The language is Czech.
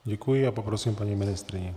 Děkuji a poprosím paní ministryni.